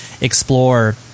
Explore